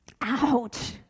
Ouch